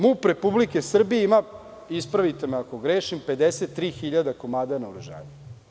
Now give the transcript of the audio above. MUP Republike Srbije ima, ispravite me ako grešim, 53.000 komada naoružanja.